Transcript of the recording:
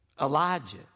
Elijah